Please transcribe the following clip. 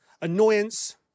annoyance